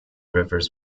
rivers